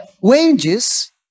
wages